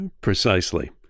precisely